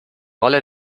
rolle